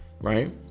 right